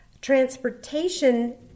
Transportation